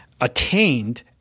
attained